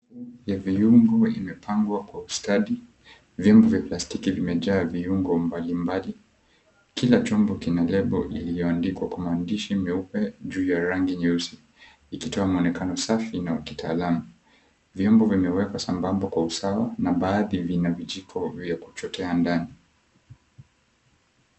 Ya viungo imepangwa kwa ustadi vyombo vya plastiki vimejaa viungo mbalimbali kila chombo kina lebo iliyoandikwa kwa maandishi meupe juu ya rangi nyeusi ikitoa muonekano safi na wa kitaalamu. Vyombo vimewekwa sambamba kwa usawa na baadhi vina vijiko vya kuchotea ndani.